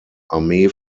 armee